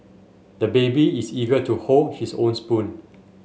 the baby is eager to hold his own spoon